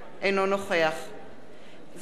אינו נוכח אלי אפללו,